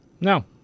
No